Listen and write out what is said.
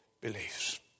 beliefs